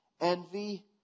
envy